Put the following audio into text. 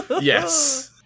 Yes